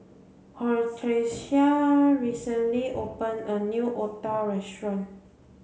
Hortensia recently open a new Otah restaurant